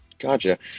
Gotcha